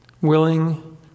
Willing